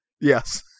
Yes